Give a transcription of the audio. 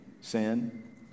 sin